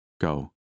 Go